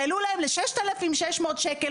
והעלו להן ל-6,600 שקלים,